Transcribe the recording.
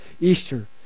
Easter